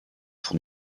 pour